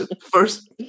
First